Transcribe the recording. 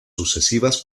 sucesivas